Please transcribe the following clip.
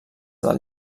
del